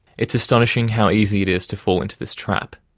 it's astonishing how easy it is to fall into this trap.